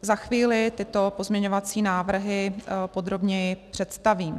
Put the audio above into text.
Za chvíli tyto pozměňovací návrhy podrobněji představím.